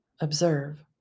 observe